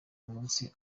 munsi